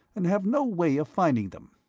and have no way of finding them.